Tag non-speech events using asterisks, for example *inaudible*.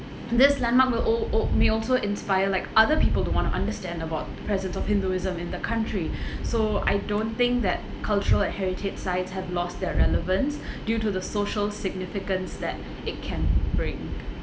this landmark will al~ al~ may also inspire like other people to want to understand about the presence of Hinduism in the country *breath* so I don't think that cultural heritage sites have lost their relevance *breath* due to the social significance that it can bring